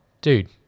Dude